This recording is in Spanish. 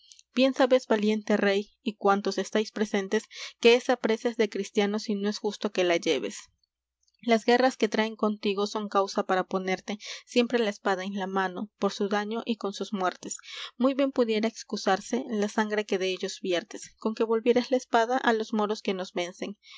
bien sabes valiente rey y cuántos estáis presentes que esa presa es de cristianos y no es justo que la lleves las guerras que traen contigo son causa para ponerte siempre la espada en la mano por su daño y con sus muertes muy bien pudiera excusarse la sangre que dellos viertes con que volvieras la espalda á los moros que nos vencen